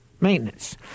maintenance